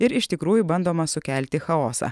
ir iš tikrųjų bandoma sukelti chaosą